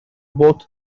both